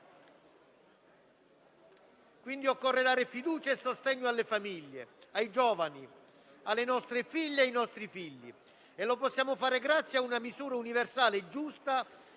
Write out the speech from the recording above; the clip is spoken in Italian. Quindi occorre dare fiducia e sostegno alle famiglie, ai giovani, alle nostre figlie e ai nostri figli e lo possiamo fare grazie a una misura universale giusta